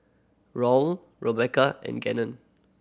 Roel Rebecca and Gannon